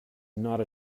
not